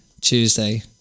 Tuesday